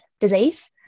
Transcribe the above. disease